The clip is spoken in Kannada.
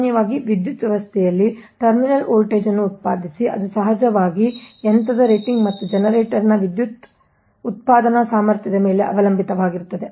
ಸಾಮಾನ್ಯವಾಗಿ ವಿದ್ಯುತ್ ವ್ಯವಸ್ಥೆಯಲ್ಲಿ ಟರ್ಮಿನಲ್ ವೋಲ್ಟೇಜ್ ಅನ್ನು ಉತ್ಪಾದಿಸಿ ಅದು ಸಹಜವಾಗಿ ಯಂತ್ರದ ರೇಟಿಂಗ್ ಮತ್ತು ಜನರೇಟರ್ನವಿದ್ಯುತ್ ಉತ್ಪಾದನಾ ಸಾಮರ್ಥ್ಯದ ಮೇಲೆ ಅವಲಂಬಿತವಾಗಿರುತ್ತದೆ